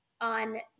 on